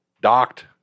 docked